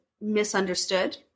misunderstood